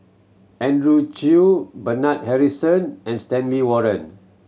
Andrew Chew Bernard Harrison and Stanley Warren